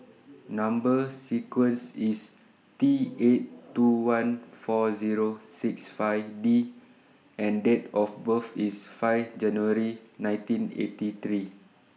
Number sequence IS T eight two one four Zero six five D and Date of birth IS five January nine eighty three